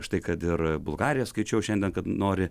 štai kad ir bulgarija skaičiau šiandien kad nori